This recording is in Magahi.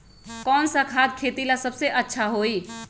कौन सा खाद खेती ला सबसे अच्छा होई?